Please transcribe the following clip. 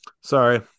Sorry